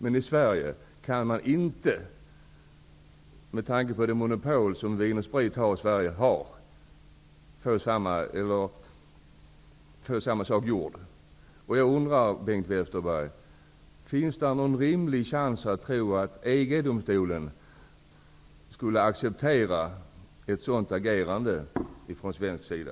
Men i Sverige kan man inte, på grund av det monopol som Vin & Sprit i Sverige har, göra på detta sätt. Jag undrar, Bengt Westerberg, om det finns någon rimlig chans att tro att EG-domstolen skulle acceptera ett sådant agerande från svensk sida?